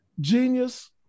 genius